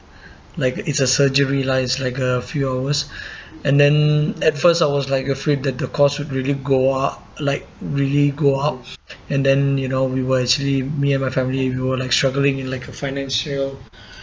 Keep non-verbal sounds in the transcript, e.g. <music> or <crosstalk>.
like it's a surgery lah it's like a few hours <breath> and then at first I was like afraid that the cost would really go up like really go up and then you know we were actually me and my family and we were like struggling in like a financial <breath>